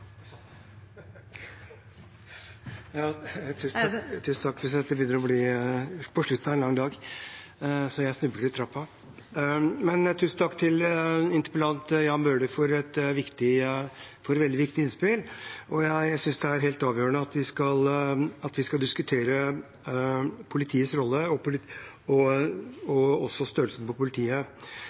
en lang dag, så jeg snublet i trappen. Tusen takk til interpellanten Jan Bøhler for et veldig viktig innspill. Jeg synes det er helt avgjørende at vi diskuterer politiets rolle og også størrelsen på politistyrken. Dette er selvfølgelig en debatt som hører hjemme i stortingssalen. Hvem andre skal diskutere politiet – størrelse og omfang – enn oss? Politiet